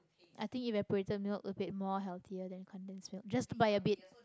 I think evaporated milk a bit more healthier than condense milk just by a bit